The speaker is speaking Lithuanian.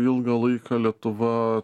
ilgą laiką lietuva